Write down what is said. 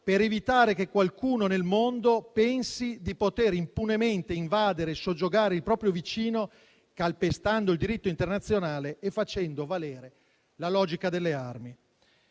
per evitare che qualcuno nel mondo pensi di poter impunemente invadere e soggiogare il proprio vicino calpestando il diritto internazionale e facendo valere la logica delle armi.